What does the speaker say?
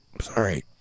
Sorry